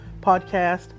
podcast